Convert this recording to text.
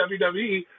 WWE